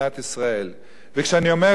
באותה שעה שאנחנו עומדים פה,